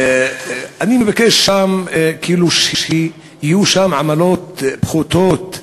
אני מבקש שם, כאילו, שיהיו שם עמלות פחותות,